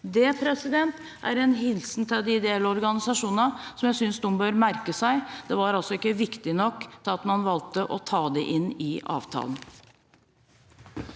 Det er en hilsen til de ideelle organisasjonene som jeg synes de bør merke seg. Det var altså ikke viktig nok til at man valgte å ta det inn i avtalen.